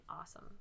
awesome